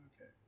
Okay